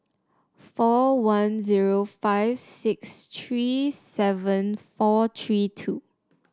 four one zero five six three seven four three two